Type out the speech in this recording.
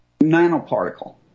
nanoparticle